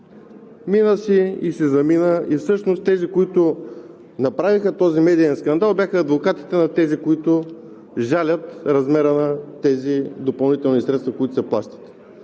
Мина си и си замина, и всъщност тези, които направиха медийния скандал, бяха адвокатите на тези, които жалят размера на допълнителните средства, които се плащат.